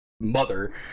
mother